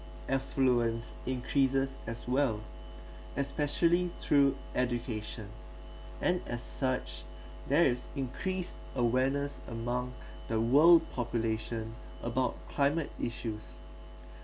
affluence increases as well especially through education and as such there is increased awareness among the world population about climate issues